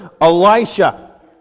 Elisha